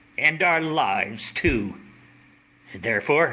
and our lives too therefore